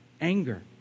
anger